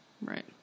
Right